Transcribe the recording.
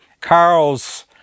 carl's